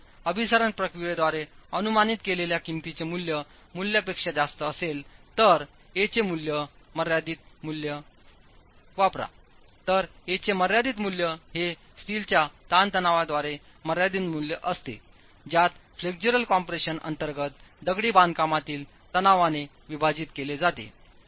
जर आपण अभिसरण प्रक्रियेद्वारे अनुमानित केलेल्या किंमतीचे मूल्य मूल्यपेक्षा जास्त असेल तर a चे मर्यादित मूल्य तर a चे मर्यादित मूल्य हे स्टीलच्या ताणतणावाद्वारे मर्यादित मूल्य असते ज्यात फ्लेक्स्युलर कम्प्रेशन अंतर्गत दगडी बांधकामातील तणावाने विभाजित केले जाते